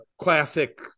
classic